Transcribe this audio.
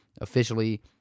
Officially